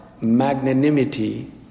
magnanimity